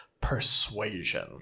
persuasion